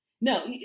No